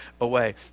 away